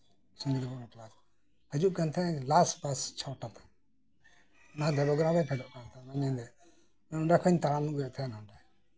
ᱥᱚᱝᱜᱤᱛ ᱵᱷᱚᱵᱚᱱᱨᱮ ᱠᱮᱞᱟᱥ ᱦᱤᱡᱩᱜ ᱠᱟᱱ ᱛᱟᱸᱦᱮᱜᱼᱮ ᱞᱟᱥᱴ ᱵᱟᱥ ᱪᱷᱚᱴᱟᱛᱮ ᱚᱱᱟᱦᱚᱸ ᱫᱮᱵᱚᱜᱨᱟᱢ ᱨᱤᱧ ᱯᱷᱮᱰᱤᱚᱜ ᱠᱟᱱ ᱛᱟᱸᱦᱮᱱᱟ ᱧᱤᱫᱟᱹ ᱱᱚᱰᱮ ᱠᱷᱚᱱ ᱤᱚᱧ ᱛᱟᱲᱟᱢ ᱟᱹᱜᱩᱭᱮᱜ ᱛᱟᱸᱦᱮᱱ ᱱᱚᱰᱮ ᱠᱷᱚᱱ ᱱᱚᱰᱮ